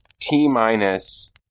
t-minus